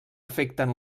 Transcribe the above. afecten